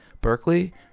Berkeley